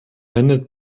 wendet